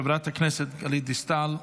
חברת הכנסת גלית דיסטל,